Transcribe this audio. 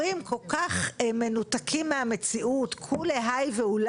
ואני מדבר על אלפי פניות שהצטברו אלינו והגיעו